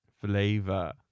Flavor